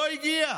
לא הגיע.